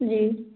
जी